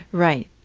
right.